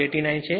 89 છે